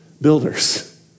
builders